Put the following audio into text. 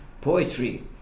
poetry